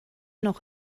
noch